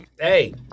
Hey